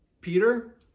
Peter